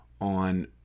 on